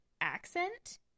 accent